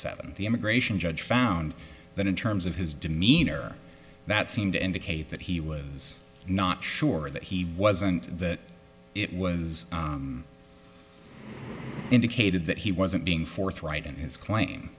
seven the immigration judge found that in terms of his demeanor that seemed to indicate that he was not sure that he wasn't that it was indicated that he wasn't being forthright in his claim